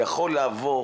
יכול לעבור